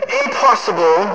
impossible